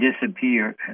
disappear